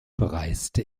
bereiste